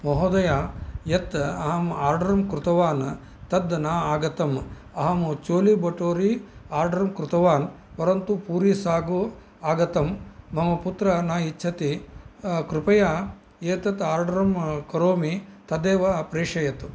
महोदयः यत् अहं आर्डरं कृतवान् तद् ना आगतम् अहं चोली भटोरी आर्ड्रं कृतवान् परन्तु पूरी सागु आगतं मम पुत्रः न इच्छति कृपया एतत् आर्डरं करोमि तदेव प्रेषयतु